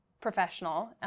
Professional